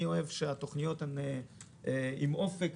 אני אוהב שהתכניות הן עם אופק.